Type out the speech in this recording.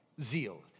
zeal